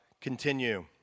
continue